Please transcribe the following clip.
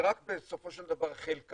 ורק בסופו של דבר חלקם